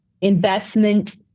investment